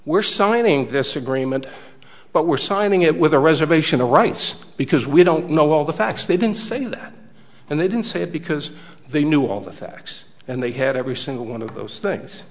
we're signing this agreement but we're signing it with a reservation of rights because we don't know all the facts they didn't say that and they didn't say it because they knew all the facts and they had every single one of those things